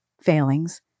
failings